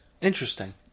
Interesting